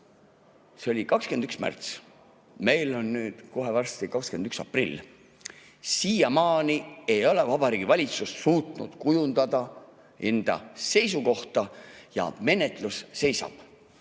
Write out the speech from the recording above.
See oli 21. märtsil. Kohe varsti on 21. aprill. Siiamaani ei ole Vabariigi Valitsus suutnud kujundada enda seisukohta ja menetlus seisab.